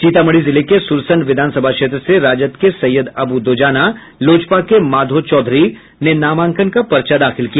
सीतामढ़ी जिले के सुरसंड विधानसभा क्षेत्र से राजद के सैयद अबू दोजाना लोजपा के माधो चौधरी ने नामांकन का पर्चा दाखिल किया